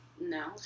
No